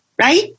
Right